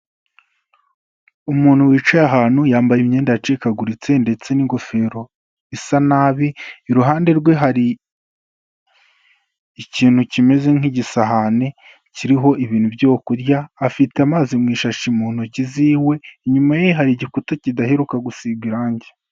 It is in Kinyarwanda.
Umuntu wicaye ahantu yambaye imyenda yacikaguritse ndetse n'ingofero isa nabi, iruhande rwe hari ikintu kimeze nk'igisahani kiriho ibintu byo kurya, afite amazi mu ishashi mu ntoki ziwe, inyuma ye hari igikuta kidaheruka gusigwa irangi.